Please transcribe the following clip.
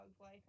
Life